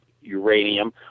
uranium